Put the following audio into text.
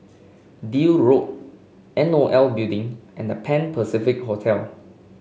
Deal Road N O L Building and The Pan Pacific Hotel